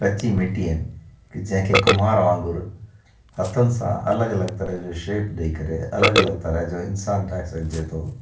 कची मिट्टी आहिनि कि जंहिंखे कुम्हार वांगुरु हथनि सां अलॻि अलॻि तरह जो शेप ॾेई करे अलॻि अलॻि तरह जो इंसान ठाहे सघिजे थो